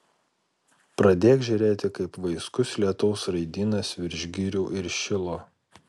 pradėk žėrėti kaip vaiskus lietaus raidynas virš girių ir šilo